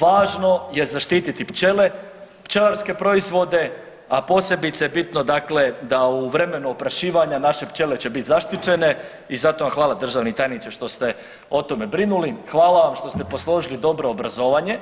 Važno je zaštiti pčele, pčelarske proizvode, a posebice bitno dakle da u vremenu oprašivanja naše pčele će bit zaštićene i zato vam hvala državni tajniče što ste o tome brinuli, hvala vam što ste posložili dobro obrazovanje,